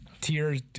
tears